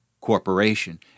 Corporation